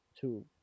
two